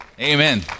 amen